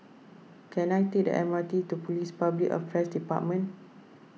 can I take the M R T to Police Public Affairs Department